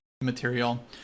material